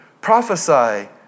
prophesy